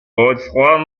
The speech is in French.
godefroy